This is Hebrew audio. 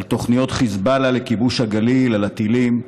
על תוכניות חיזבאללה לכיבוש הגליל, על הטילים.